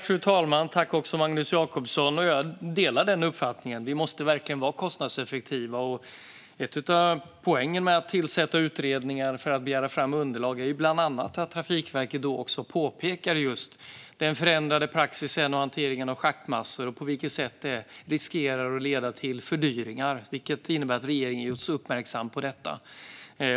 Fru talman! Jag delar Magnus Jacobssons uppfattning att vi måste vara kostnadseffektiva. En av poängerna med de tillsatta utredningarna för att ta fram underlag var att Trafikverket påpekade just den förändrade praxisen och hanteringen av schaktmassor och på vilket sätt det riskerar att leda till fördyringar, vilket regeringen alltså gjordes uppmärksam på.